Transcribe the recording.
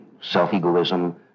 self-egoism